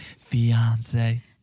Fiance